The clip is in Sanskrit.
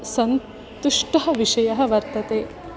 सन्तुष्टः विषयः वर्तते